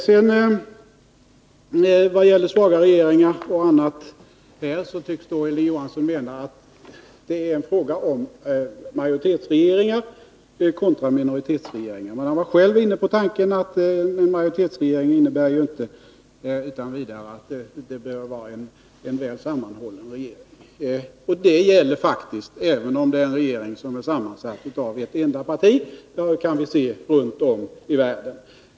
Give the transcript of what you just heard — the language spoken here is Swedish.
När det gäller svaga regeringar osv. tycks Hilding Johansson mena att det är en fråga om majoritetsregeringar kontra minoritetsregeringar. Men han var själv inne på tanken att det förhållandet att man har en majoritetsregeringinte utan vidare innebär att det är en väl sammanhållen regering. Samma sak gäller faktiskt även om det är en regering som är sammansatt av ett enda parti — det kan vi se runt om i världen.